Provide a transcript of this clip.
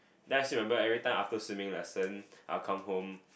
then I still remember every time after swimming lesson I'll come home